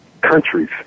Countries